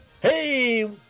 Hey